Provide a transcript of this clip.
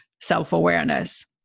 self-awareness